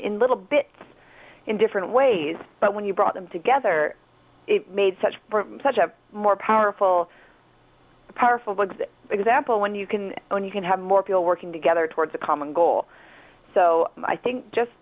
in little bits in different ways but when you brought them together it made such such a more powerful powerful dogs example when you can when you can have more people working together towards a common goal so i think just